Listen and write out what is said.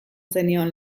zenion